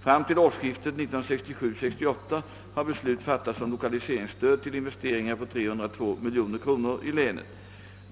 Fram till årsskiftet 1967—1968 har beslut fattats om lokaliseringsstöd till investeringar på 302 miljoner kronor i länet.